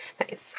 Nice